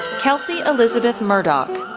kelsey elizabeth murdock,